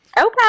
okay